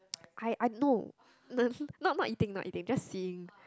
I I no no not not eating not eating just seeing